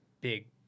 big